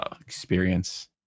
experience